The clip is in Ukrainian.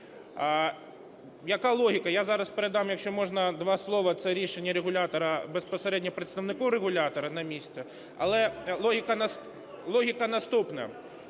Яка логіка? Я зараз передам, якщо можна, два слова, це рішення регулятора, безпосередньо представнику регулятора на місце. Але логіка наступна.